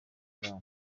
abana